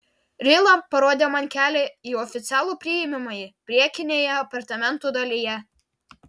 rila parodė man kelią į oficialų priimamąjį priekinėje apartamentų dalyje